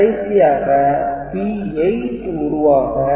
கடைசியாக P8 உருவாக D9 D10 D11 மற்றும் D12 தேவைப்படுகிறது